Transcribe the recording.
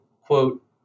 quote